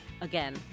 again